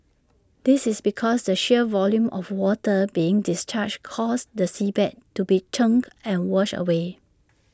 this is because the sheer volume of water being discharged causes the seabed to be churned and washed away